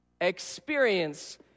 experience